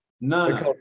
none